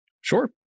sure